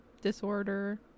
disorder